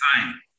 time